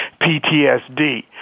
PTSD